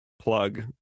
plug